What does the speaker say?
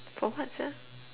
for what sia